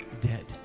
dead